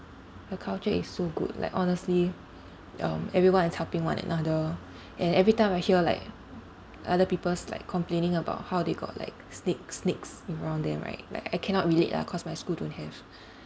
the culture is so good like honestly um everyone is helping one another and every time I hear like other people's complaining about how they got like snake snakes going around them right like I cannot relate lah cause my school don't have